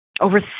Over